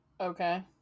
okay